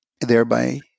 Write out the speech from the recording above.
Thereby